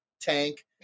tank